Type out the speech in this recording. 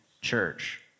church